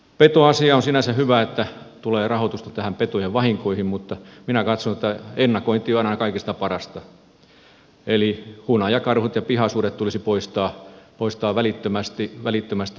on sinänsä hyvä että tulee rahoitusta petojen vahinkoihin mutta minä katson että ennakointi on aina kaikista parasta eli hunajakarhut ja pihasudet tulisi poistaa välittömästi